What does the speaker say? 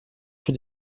für